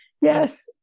Yes